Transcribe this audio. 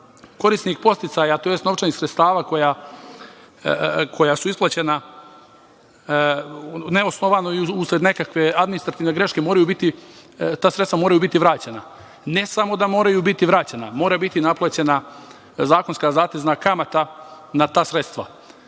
korisnik podsticaja, tj. novčanih sredstava koja su isplaćena neosnovano i usled neke administrativne greške, ta sredstva moraju biti vraćena. Ne samo da moraju biti vraćena, mora biti naplaćena zakonska zatezna kamata na ta sredstva. Pokušao